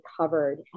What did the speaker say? covered